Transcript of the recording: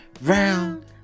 round